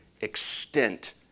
extent